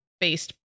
based